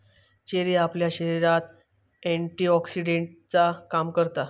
cherry आपल्या शरीरात एंटीऑक्सीडेंटचा काम करता